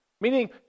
Meaning